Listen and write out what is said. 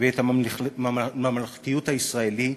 ואת הממלכתיות הישראלית,